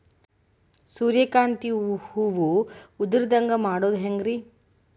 ಸೂರ್ಯಕಾಂತಿ ಹೂವ ಉದರದಂತೆ ಮಾಡುದ ಹೆಂಗ್?